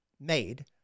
made